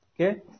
Okay